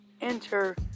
enter